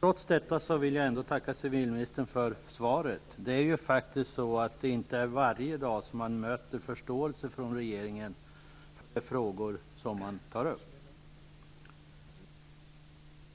Trots det vill jag tacka civilministern för svaret. Det är inte varje dag som man möter förståelse från regeringen för de frågor som man tar upp.